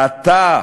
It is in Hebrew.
אתה,